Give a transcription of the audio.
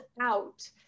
out